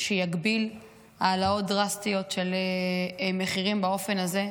שיגביל העלאות דרסטיות של מחירים באופן הזה,